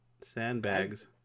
Sandbags